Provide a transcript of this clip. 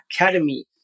academy